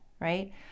right